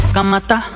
Kamata